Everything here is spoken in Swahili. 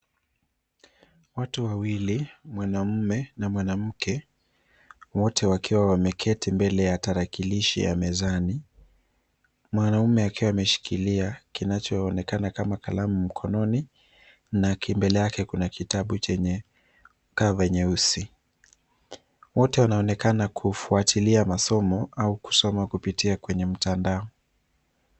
Watu wawili, mwanamume na mwanamke wote wakiwa wameketi mbele ya tarakilishi ya mezani. Mwanaume akiwa ameshikilia kinachoonekana kama kalamu mkononi na mbele yake kuna kitabu chenye cover nyeusi. Wote wanaonekana kufuatilia masomo au kusoma kupitia kwenye mtandao.